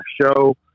show